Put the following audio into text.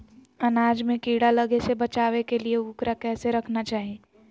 अनाज में कीड़ा लगे से बचावे के लिए, उकरा कैसे रखना चाही?